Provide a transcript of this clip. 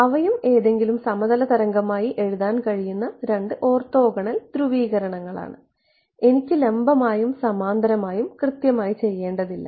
അവയും ഏതെങ്കിലും സമതല തരംഗമായി എഴുതാൻ കഴിയുന്ന രണ്ട് ഓർത്തോഗണൽ ധ്രുവീകരണങ്ങളാണ് എനിക്ക് ലംബമായും സമാന്തരമായും കൃത്യമായി ചെയ്യേണ്ടതില്ല